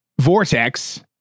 vortex